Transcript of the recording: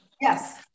yes